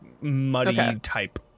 muddy-type